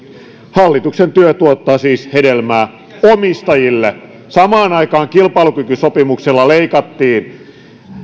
hallituksen työ tuottaa siis hedelmää omistajille samaan aikaan kilpailukykysopimuksella leikattiin